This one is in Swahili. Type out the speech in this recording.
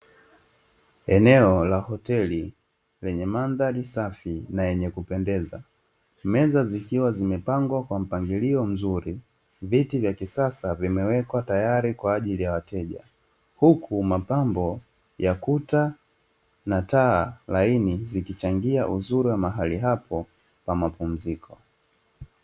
Eneo la hoteli lenye mandhari safi na yenye kupendeza, meza zikiwa zimepangwa kwa mpangilio mzuri, viti vya kisasa vimewekwa tayari kwa ajili ya wateja, huku mapambo ya kuta na taa laini zikichangia uzuri wa mahali hapo pa mapumziko.